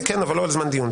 כן, אבל לא על זמן דיון.